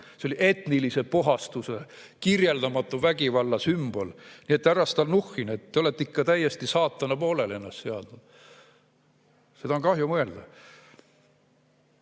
See oli etnilise puhastuse, kirjeldamatu vägivalla sümbol. Härra Stalnuhhin, te olete ikka täiesti saatana poolele ennast seadnud. Seda on kahju mõelda.